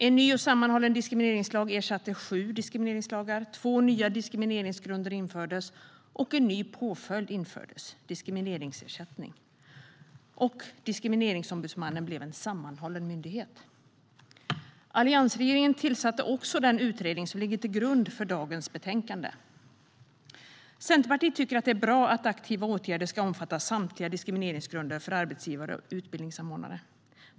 En ny och sammanhållen diskrimineringslag ersatte sju diskrimineringslagar, två nya diskrimineringsgrunder och en ny påföljd - diskrimineringsersättning - infördes, och Diskrimineringsombudsmannen blev en sammanhållen myndighet. Alliansregeringen tillsatte också den utredning som ligger till grund för dagens betänkande. Centerpartiet tycker att det är bra att aktiva åtgärder ska omfatta samtliga diskrimineringsgrunder för arbetsgivare och utbildningsanordnare.